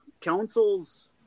councils